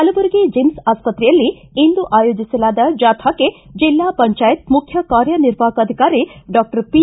ಕಲಬುರಗಿ ಜಿಮ್ನ್ ಆಸ್ಪತ್ರೆಯಲ್ಲಿ ಇಂದು ಆಯೋಜಿಸಲಾದ ಜಾಥಾಕ್ಷೆ ಬೆಲ್ಲಾ ಪಂಚಾಯತ್ ಮುಖ್ಯ ಕಾರ್ಯನಿರ್ವಾಹಕ ಅಧಿಕಾರಿ ಡಾಕ್ಷರ್ ಪಿ